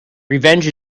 revenge